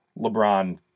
LeBron